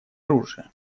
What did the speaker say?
оружия